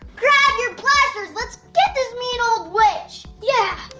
grab your blasters, let's get this i mean old witch! yeah!